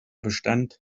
bestand